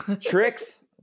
Tricks